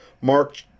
Mark